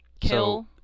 Kill